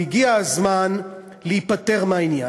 והגיע הזמן להיפטר מהעניין.